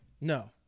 No